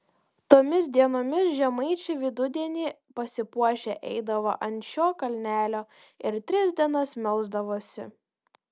tomis dienomis žemaičiai vidudienį pasipuošę eidavo ant šio kalnelio ir tris dienas melsdavosi